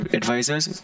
advisors